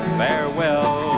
farewell